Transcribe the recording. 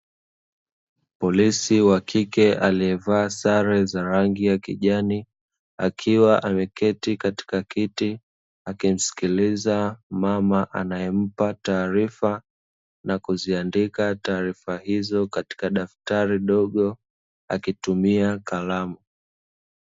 Polisi wa kike aliyevaa sare za rangi kijani, akiwa ameketi katika kiti, akimsikiliza mama anayempa taarifa, na kuziandika taarifa hizo katika daftari dogo, akitumia kalamu.